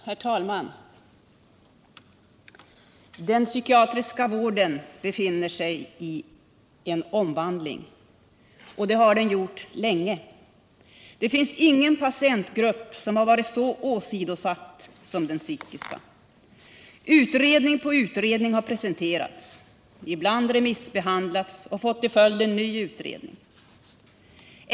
Herr talman! Den psykiatriska vården befinner sig i omvandling, och det har den gjort länge. Det finns ingen patientgrupp som varit så åsidosatt som den med psykiska störningar. Utredning på utredning har presenterats, ibland remissbehandlats och fått till följd en ny utredning.